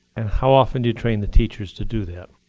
how often do you train the teachers to do that?